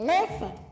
Listen